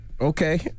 Okay